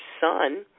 son